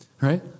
Right